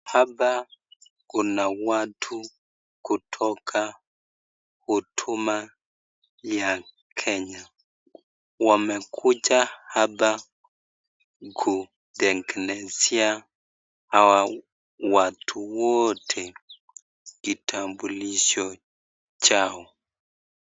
Hapa kuna watu kutoka huduma ya kenya, wamekuja hapa kutengenezea hawa watu wote kitambulisho chao.